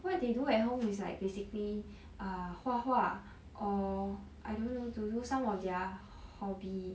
what they do at home is like basically err 画画 or I don't know to do some of their hobby